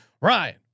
Ryan